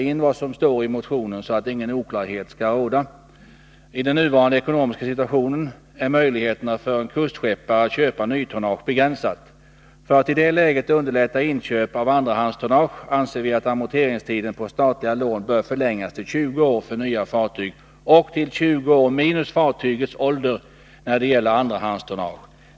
I motionen anförs: ”I den nuvarande ekonomiska situationen är möjligheterna för en kustskeppare att köpa nytonnage begränsat. För att i det läget underlätta inköp av andrahandstonnage anser vi att amorteringstiden på statliga lån bör förlängas till 20 år för nya fartyg och till 20 år minus fartygets ålder när det gäller andrahandstonnage.